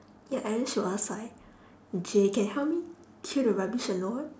ya then she was like J can help me clear the rubbish or not